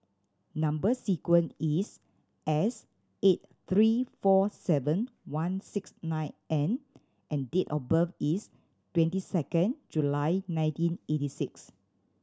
number sequence is S eight three four seven one six nine N and date of birth is twenty second July nineteen eighty six